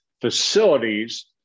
facilities